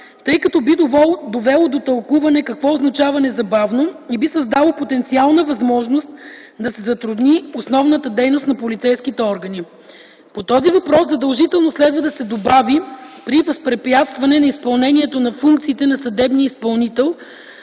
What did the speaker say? тъй като би довело до тълкуване какво означава „незабавно” и би създало потенциална възможност да се затрудни основната дейност на полицейските органи. По този въпрос задължително следва да се добави „при възпрепятстване на изпълнението на функциите на съдебния изпълнител”,